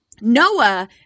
Noah